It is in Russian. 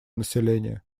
населения